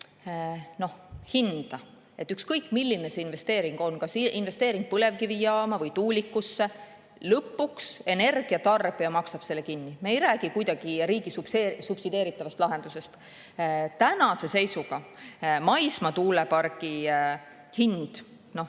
hinda, siis ükskõik, milline see investeering on, investeering põlevkivijaama või tuulikusse – lõpuks maksab energiatarbija selle kinni. Me ei räägi kuidagi riigi subsideeritavast lahendusest. Tänase seisuga maismaa tuulepargi hind